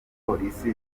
polisi